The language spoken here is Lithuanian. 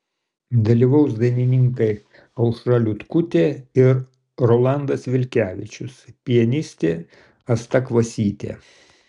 dalyvaus dainininkai aušra liutkutė ir rolandas vilkevičius pianistė asta kvasytė